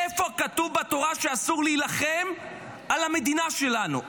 איפה כתוב בתורה שאסור להילחם על המדינה שלנו?